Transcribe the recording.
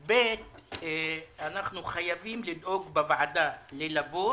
ב' אנחנו חייבים לדאוג בוועדה ללוות,